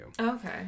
Okay